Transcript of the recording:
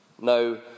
No